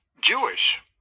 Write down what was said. Jewish